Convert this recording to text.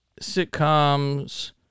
sitcoms